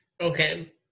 Okay